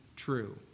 true